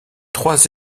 trois